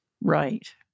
Right